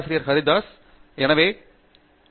பேராசிரியர் பிரதாப் ஹரிதாஸ் எனவே ஆம்